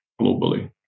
globally